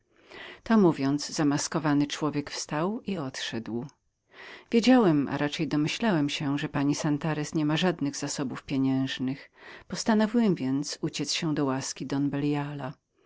to mówiąc zamaskowany człowiek wstał i odszedł wiedziałem a raczej domyślałem się że pani santarez nie miała żadnych zasobów pieniężnych postanowiłem więc uciec się do łaski don